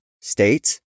States